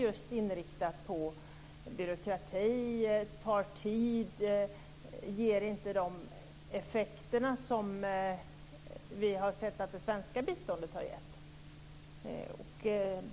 Det hela tar tid och biståndet ger inte de effekter som vi har sett att det svenska biståndet har gett.